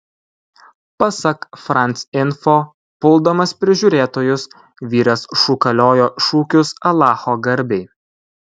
pasak france info puldamas prižiūrėtojus vyras šūkaliojo šūkius alacho garbei